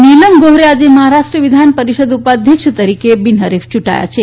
નીલમ ગોહરે આજે મહારાષ્ટ્ર વિધાન પરિષદ ઉપાધ્યક્ષ તરીકે બિનહરીફ યુંટાયા છે